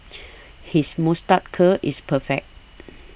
his moustache curl is perfect